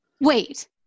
Wait